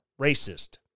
racist